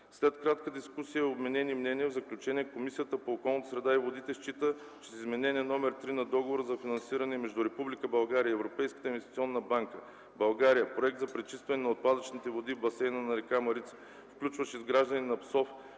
След кратка дискусия и обменени мнения, в заключение Комисията по околната среда и водите счита, че с Изменение № 3 на Договора за финансиране между Република България и Европейската инвестиционна банка („Българя - проект за пречистване на отпадъчните води в басейна на река Марица"), включващ изграждане на ПСОВ